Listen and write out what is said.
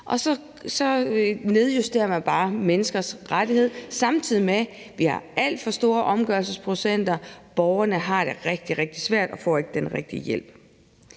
og så nedjusterer man bare menneskers rettigheder, samtidig med at vi har alt for store omgørelsesprocenter. Borgerne har det rigtig, rigtig svært og får ikke den rigtige hjælp.